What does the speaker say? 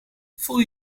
voel